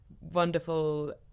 wonderful